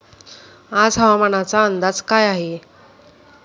आजचा हवामानाचा अंदाज काय आहे?